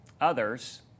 others